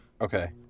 Okay